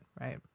right